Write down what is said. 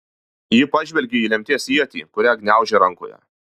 ji pažvelgė į lemties ietį kurią gniaužė rankoje